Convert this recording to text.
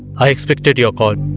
i expected your call